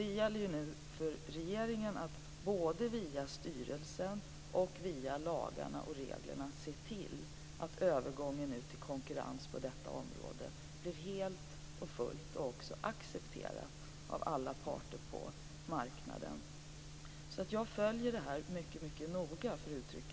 Nu gäller det för regeringen, både via styrelsen och via lagarna och reglerna, att se till att övergången till konkurrens på detta område sker helt och fullt och också blir accepterad av alla parter på marknaden. Jag följer alltså det här mycket noga, för att uttrycka det milt.